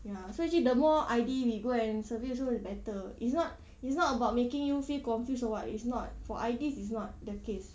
ya so actually the more I_D we go and survey also the better it's not it's not about making you feel confused or what it's not for I_Ds is not the case